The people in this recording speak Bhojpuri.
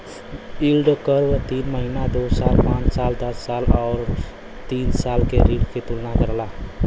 यील्ड कर्व तीन महीना, दो साल, पांच साल, दस साल आउर तीस साल के ऋण क तुलना करला